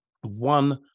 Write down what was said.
one